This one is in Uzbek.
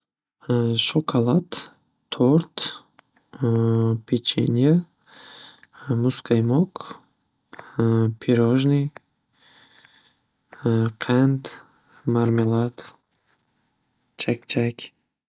Shokalad, to'rt, pecheniya, muzqaymoq, pirojni, qand, marmelat, chakchak.